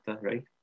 right